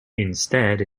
instead